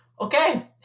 Okay